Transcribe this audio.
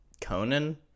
Conan